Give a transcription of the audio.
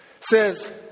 says